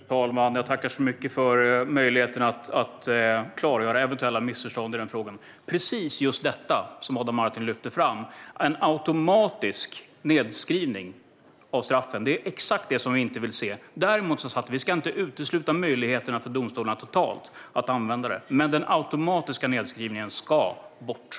Fru talman! Jag tackar för möjligheten att klargöra eventuella missförstånd i denna fråga. Precis just det som Adam Marttinen lyfter fram - en automatisk nedskrivning av straffen - är exakt vad vi inte vill se. Däremot ska vi som sagt inte totalt utesluta möjligheterna för domstolarna att använda detta. Den automatiska nedskrivningen ska dock bort.